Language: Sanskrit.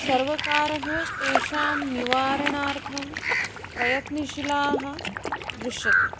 सर्वकारः तेषां निवारणार्थं प्रयत्नशीलः दृश्यते